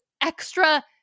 extra